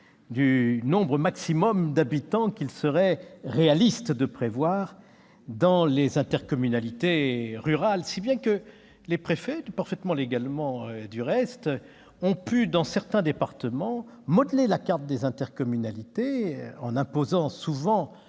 de la population maximale qu'il serait réaliste de prévoir dans les intercommunalités rurales, si bien que les préfets, parfaitement légalement du reste, ont pu dans certains départements modeler la carte des intercommunalités, imposant souvent